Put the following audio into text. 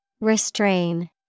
Restrain